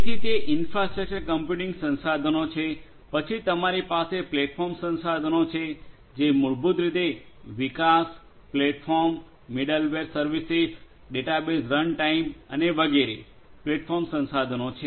તેથી તે infrastructure computing સંસાધનો છે પછી તમારી પાસે પ્લેટફોર્મ સંસાધનો છે જે મૂળભૂત રીતે વિકાસ platform middleware services database runtime અને વગેરે પ્લેટફોર્મ સંસાધનો છે